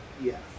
yes